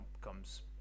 comes